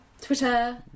twitter